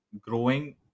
growing